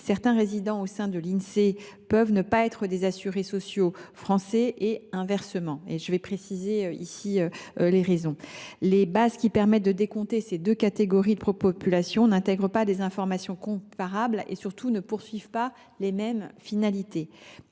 certains résidents au sens de l’Insee peuvent ne pas être des assurés sociaux français et inversement. En voici les raisons. Les bases qui permettent de décompter ces deux catégories de population n’intègrent pas des informations comparables ; surtout, elles ne visent pas les mêmes finalités.